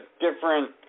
different